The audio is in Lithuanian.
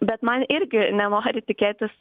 bet man irgi nenori tikėtis